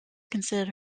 considered